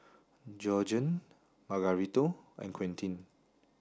Georgiann Margarito and Quentin